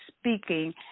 speaking